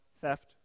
theft